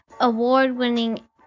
Award-winning